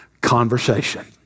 conversation